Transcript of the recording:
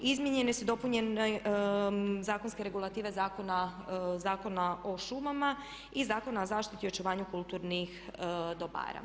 Izmijenjene su i dopunjene zakonske regulative Zakona o šumama i Zakona o zaštiti i očuvanju kulturnih dobara.